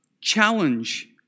challenge